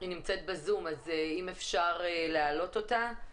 בוקר טוב.